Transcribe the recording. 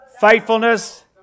faithfulness